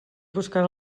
buscant